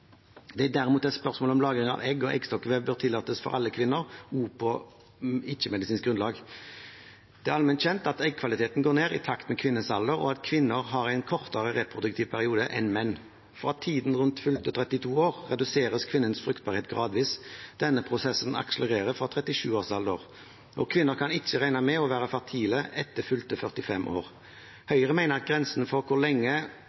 Det er derimot et spørsmål om lagring av egg og eggstokkvev bør tillates for alle kvinner, også på ikke-medisinsk grunnlag. Det er allment kjent at eggkvaliteten går ned i takt med kvinnens alder, og at kvinner har en kortere reproduktiv periode enn menn. Fra tiden rundt fylte 32 år reduseres kvinnens fruktbarhet gradvis. Denne prosessen akselerer fra 37-årsalderen, og kvinner kan ikke regne med å være fertile etter fylte 45 år. Høyre mener at grensen for hvor lenge